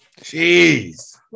Jeez